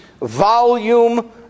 volume